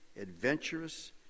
adventurous